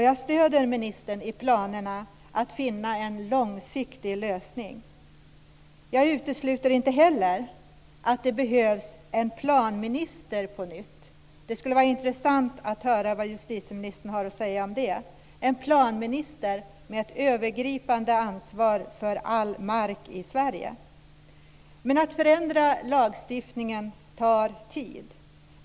Jag stöder ministern i planerna att finna en långsiktig lösning. Jag utesluter inte heller att det behövs en planminister på nytt. Det skulle vara intressant att höra vad justitieministern har att säga om det. En planminister skulle ha ett övergripande ansvar för all mark i Sverige. Att förändra lagstiftningen tar tid.